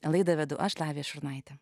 laidą vedu aš lavija šurnaitė